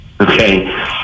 okay